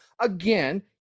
Again